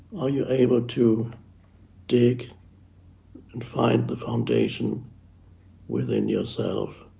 are you able to dig and find the foundation within yourself